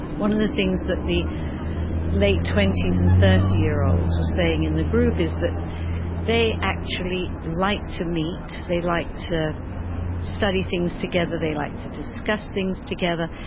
one of the things that in the late twenty s and thirty year olds were saying in the group is that they actually like to meet, they like to study things together, they like to discuss things together,